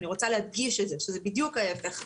אני רוצה להדגיש שזה בדיוק ההפך.